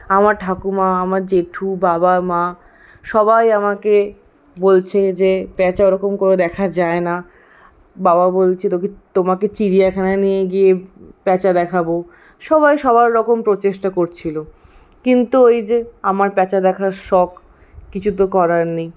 আমার ঠাকুমা আমার জেঠু বাবা মা সবাই আমাকে বলছে যে প্যাঁচা ওরকম করে দেখা যায় না বাবা বলছে তোকে তোমাকে চিড়িয়াখানায় নিয়ে গিয়ে প্যাঁচা দেখাব সবাই সবার রকম প্রচেষ্টা করছিল কিন্তু ঐ যে আমার প্যাঁচা দেখার শখ কিছু তো করার নেই